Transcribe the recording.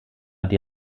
die